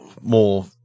more